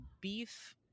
beef